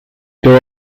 there